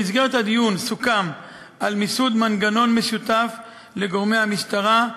במסגרת הדיון סוכם על מיסוד מנגנון משותף לגורמי המשטרה,